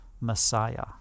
Messiah